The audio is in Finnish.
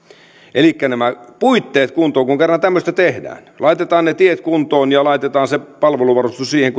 elikkä nämä puitteet kuntoon kun kerran tämmöistä tehdään laitetaan ne tiet kuntoon ja laitetaan se palveluvarustus siihen